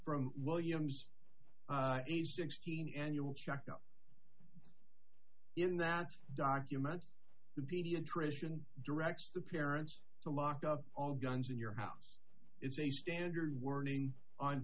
from williams a sixteen annual checkup in that document the pediatrician directs the parents to lock up all guns in your house is a standard wording on